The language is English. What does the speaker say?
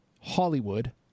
Hollywood